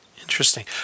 Interesting